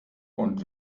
und